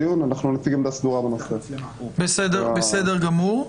בסדר גמור.